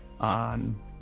on